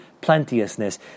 plenteousness